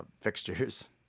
fixtures